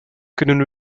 kunnen